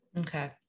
Okay